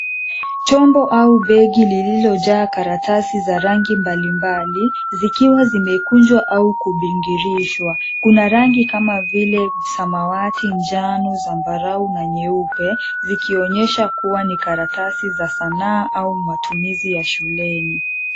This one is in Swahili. Chombo au begi lililojaa karatasi za rangi mbalimbali zikiwa zimekunjwa au kubingirishwa. Kuna rangi kama vile; samawati, njano ,zambarau na nyeupe, zikionyesha kuwa ni karatasi za sanaa au matumizi ya shuleni.